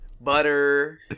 Butter